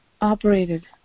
operated